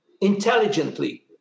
intelligently